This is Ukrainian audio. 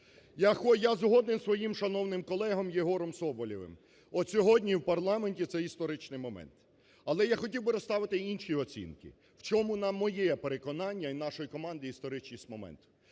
Я згоден зі своїм шановним колегою Єгором Соболєвим, от сьогодні в парламенті – це історичний момент. Але я хотів би розставити і інші оцінки, в чому, на моє переконання і нашої команди, історичність моменту.